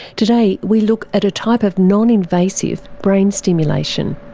today, we look at a type of non-invasive brain stimulation.